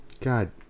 God